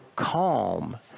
calm